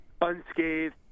unscathed